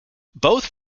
both